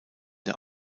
der